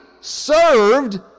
served